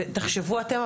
תחשבו אתם,